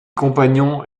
compagnons